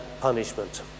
punishment